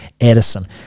Edison